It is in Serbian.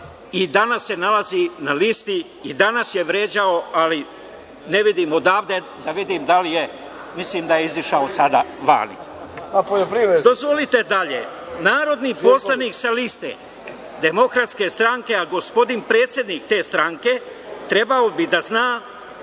i danas se nalazi na listi i danas je vređao, ali ne vidim odavde, mislim da je izašao sada vani. Dozvolite dalje, narodni poslanik sa liste DS, a gospodin predsednik te stranke trebao bi da zna